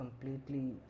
completely